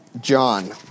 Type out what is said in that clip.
John